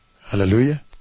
Hallelujah